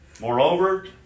Moreover